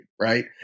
right